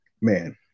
man